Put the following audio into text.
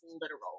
literal